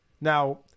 Now